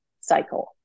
cycle